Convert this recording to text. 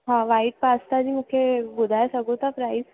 हा white pasta जी मूंखे ॿुधाइ सघो था प्राइज